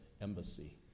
Embassy